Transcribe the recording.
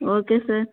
okay sir